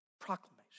proclamation